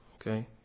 Okay